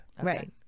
right